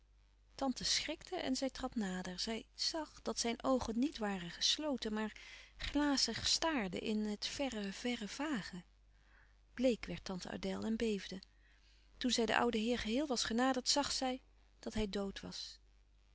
tante schrikte en zij trad nader zij zag dat zijn oogen niet waren gesloten maar glazig staarden in het verre verre vage bleek werd tante adèle en beefde toen zij den ouden heer geheel was genaderd zag zij dat hij dood was